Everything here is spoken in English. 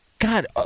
God